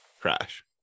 crash